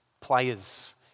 players